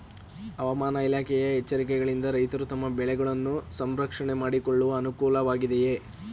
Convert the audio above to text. ಹವಾಮಾನ ಇಲಾಖೆಯ ಎಚ್ಚರಿಕೆಗಳಿಂದ ರೈತರು ತಮ್ಮ ಬೆಳೆಗಳನ್ನು ಸಂರಕ್ಷಣೆ ಮಾಡಿಕೊಳ್ಳಲು ಅನುಕೂಲ ವಾಗಿದೆಯೇ?